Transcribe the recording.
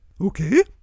okay